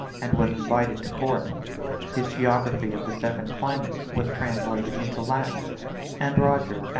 and was invited to court his geography of the seven climates was translated into latin and roger,